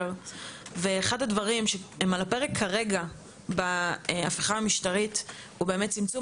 ואחד הדברים שהם על הפרק כרגע בהפיכה המשטרית ובצמצום